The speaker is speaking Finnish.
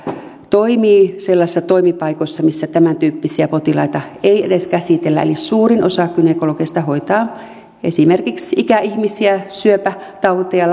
toimii sellaisissa toimipaikoissa missä tämäntyyppisiä potilaita ei edes käsitellä eli suurin osa gynekologeista hoitaa esimerkiksi ikäihmisiä syöpätauteja